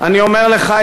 אני אומר לך,